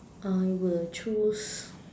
I will choose